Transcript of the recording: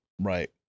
Right